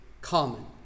common